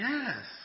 Yes